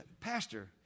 pastor